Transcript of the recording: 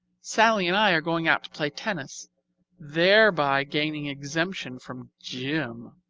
sallie and i are going out to play tennis thereby gaining exemption from gym.